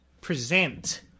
present